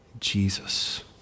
Jesus